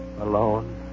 Alone